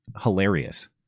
hilarious